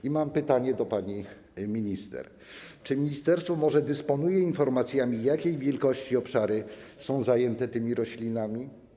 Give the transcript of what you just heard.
I mam pytanie do pani minister: Czy ministerstwo może dysponuje informacjami, jakiej wielkości obszary są zajęte tymi roślinami?